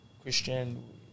christian